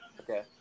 Okay